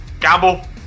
Gamble